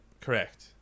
Correct